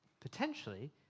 potentially